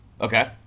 Okay